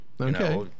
okay